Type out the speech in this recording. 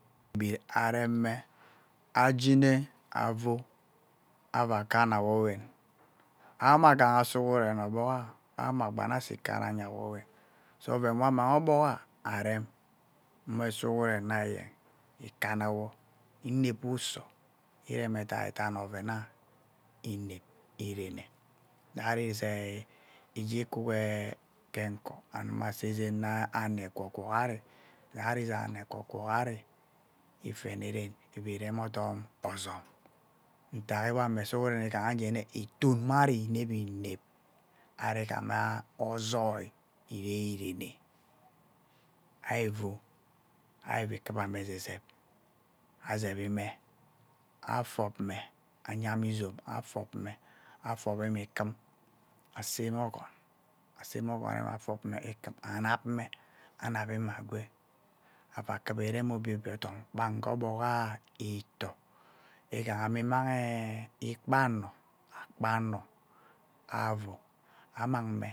Ifiegbu-areme ajene avuu ava kanna awowen, Awo-magha sugurehen oghogha, Awo-ma gbane asea ikanna anye awowon so oven weah a mangha arem nweah suguren dai eayen ikanna wo inep-wa usõ irem edaidai ovengha inep earene sari isai, ijie kwu-ghe ke-nko anmma sea-zain dai ano ekwu-kwu ari, sari izii ano ekwu-kwu ari efene ren ivi rem odom ozom. Ntak ewame sughurehen ighaha njee nea iton mari inep-inep ari ighama ozoi irenerenah ari ivaa, ari kufama eazee-zep, azep-vii-me afob-me anya-me izom afob-me, afommee ikim aseme õkoon-we ikim, anap-mo anavi-me agwea avaa kufa ivem obie obie odom kpa-gha ogbogha itõõ igha-me emangha ikpaano akpe ano, avũũ mmanghee